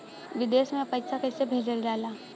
विदेश में पैसा कैसे भेजल जाला?